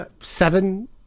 seven